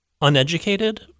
uneducated